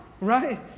right